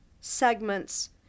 segments